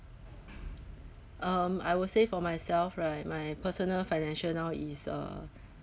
um I will say for myself right my personal financial now is uh